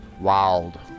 wild